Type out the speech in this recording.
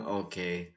okay